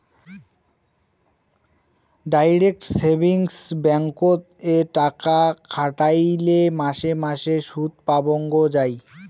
direct savings ব্যাঙ্ককোত এ টাকা খাটাইলে মাসে মাসে সুদপাবঙ্গ যাই